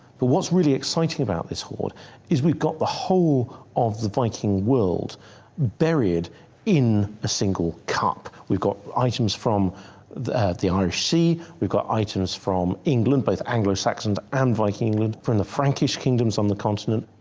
but what's really exciting about this hoard is we've got the whole of the viking world buried in a single cup. we've got items from the the irish sea, we've got items from england, both anglo-saxons and viking england, from the frankish kingdoms on the continent,